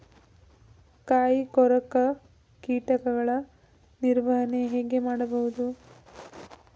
ಕಾಯಿ ಕೊರಕ ಕೀಟಗಳ ನಿರ್ವಹಣೆ ಹೇಗೆ ಮಾಡಬಹುದು?